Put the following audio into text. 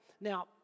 Now